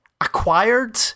acquired